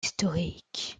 historiques